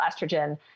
estrogen